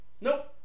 Nope